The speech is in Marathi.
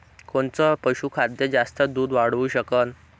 कोनचं पशुखाद्य जास्त दुध वाढवू शकन?